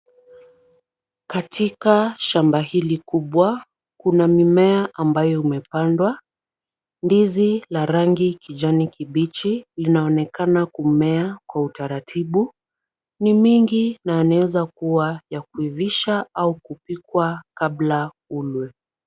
Katika shamba hili kubwa, kuna mimea ambayo umepandwa. Ndizi la rangi kijani kibichi linaonekana kumea kwa utaratibu. Ni mingi na yanaezakuwa ya kuivisha au kupikwa kabla ilwe.